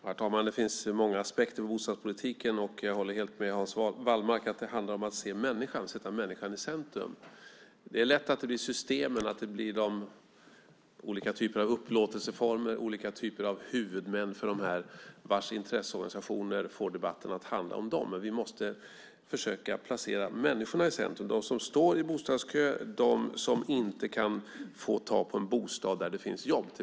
Herr talman! Det finns många aspekter på bostadspolitiken, och jag håller helt med Hans Wallmark om att det handlar om att se människan och sätta människan i centrum. Det är lätt att intresseorganisationer för olika typer av upplåtelseformer och huvudmän får debatten att handla om dem själva och om systemen. Men vi måste försöka placera människorna i centrum, till exempel de som står i bostadskö och de som inte kan få tag på bostad där det finns jobb.